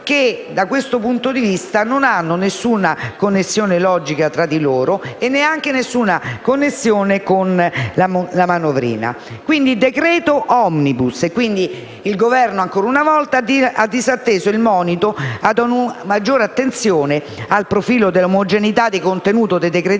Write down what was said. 67, da questo punto di vista non hanno alcuna connessione logica tra di loro e neanche con la manovrina. Quindi, con decreto *omnibus*, il Governo ancora una volta ha disatteso il monito a una maggiore attenzione al profilo della omogeneità di contenuto dei decreti-legge,